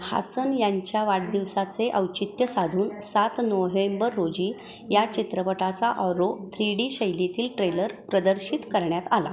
हासन यांच्या वाढदिवसाचे औचित्य साधून सात नोहेंबर रोजी या चित्रपटाचा औरो थ्री डी शैलीतील ट्रेलर प्रदर्शित करण्यात आला